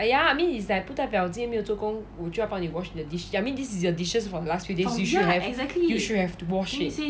ya I mean is like 不代表今天没有做工我就要帮你 wash 你的 dish ya I mean this is your dishes from last few days you should have you should have to wash it